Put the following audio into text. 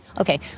Okay